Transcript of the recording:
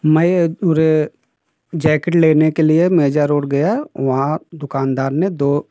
मैं और जैकेट लेने के लिए मिर्जा रोड गया वहाँ दुकानदार ने दो